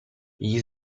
gli